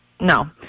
No